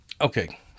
okay